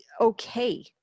okay